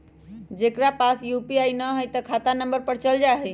जेकरा पास यू.पी.आई न है त खाता नं पर चल जाह ई?